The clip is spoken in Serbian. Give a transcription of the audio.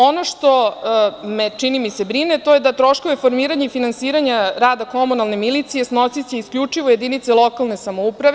Ono što me, čini mi se brine, to je da troškove formiranja i finansiranja rada komunalne milicije snosiće isključivo jedinice lokalne samouprave.